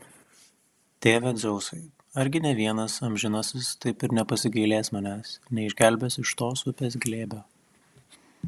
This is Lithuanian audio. tėve dzeusai argi nė vienas amžinasis taip ir nepasigailės manęs neišgelbės iš tos upės glėbio